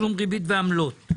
תשלום ריבית ועמלות.